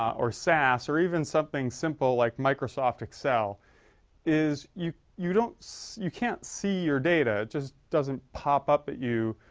or sasser even something simple like microsoft excel is u you don't so you can't see your data it is doesn't pop up that you